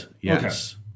Yes